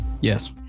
Yes